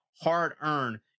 hard-earned